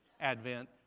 Advent